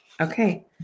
Okay